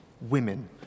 women